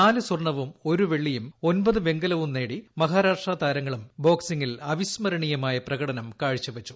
നാല് സ്വർണവും ഒരു വെള്ളിയും ഒൻപത് വെങ്കലവും നേടി മഹാരാഷ്ട്ര താരങ്ങളും ബോക്സിംഗിൽ അവിസ്മരണീയമായ പ്രകടനം കാഴ്ച വച്ചു